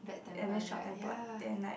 and very short temper then right